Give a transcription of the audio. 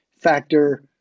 factor